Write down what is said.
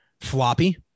floppy